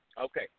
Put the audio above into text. Okay